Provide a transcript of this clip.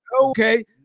Okay